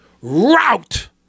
route